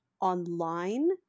online